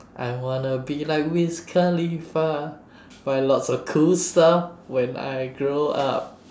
I wanna be like wiz khalifa buy lots of cool stuff when I grow up